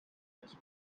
his